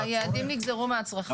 היעדים נגזרו מהצרכים.